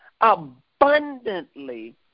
Abundantly